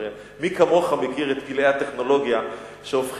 הרי מי כמוך מכיר את פלאי הטכנולוגיה שהופכים